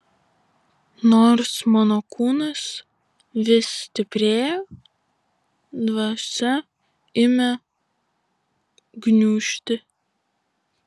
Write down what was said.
nors mano kūnas vis stiprėja dvasia ima gniužti